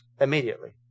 immediately